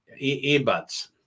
earbuds